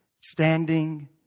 standing